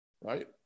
right